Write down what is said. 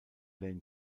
lane